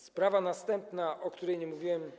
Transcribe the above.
Sprawa następna, o której nie mówiłem.